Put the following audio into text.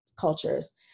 cultures